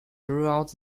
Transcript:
throughout